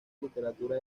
literatura